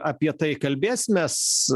apie tai kalbėsimės